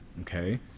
okay